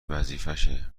وظیفشه